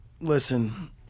Listen